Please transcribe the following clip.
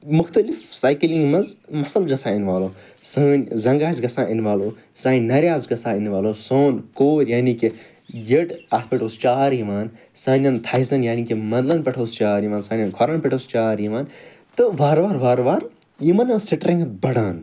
مختلف سایکٕلِنٛگ مَنٛز مَسٕل گَژھان اِنوالو سٲنۍ زَنٛگہٕ آسہٕ گَژھان اِنوالو سانہِ نَرٕ آسہٕ گَژھان اِنوالو سون کور یعنی کہِ یٔڑ اَتھ پٮ۪ٹھ اوس چہار یِوان سانیٚن تھایزَن یعنی کہِ مَنٛدلَن پٮ۪ٹھ اوس چہار یِوان سانیٚن کھۄرَن پٮ۪ٹھ اوس چہار یِوان تہٕ وارٕ وارٕ وارٕ وار یمن ٲس سٹریٚنٛگٕتھ بَڑھان